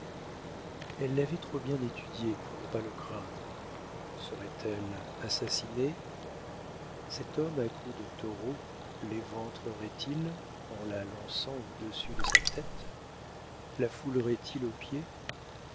elle l'avait trop bien étudié pour ne pas le craindre serait-elle assassinée cet homme à cou de taureau léventrerait il en la lançant au-dessus de sa tête la foulerait il aux pieds